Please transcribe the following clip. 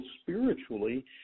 spiritually